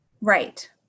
Right